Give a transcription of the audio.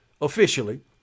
officially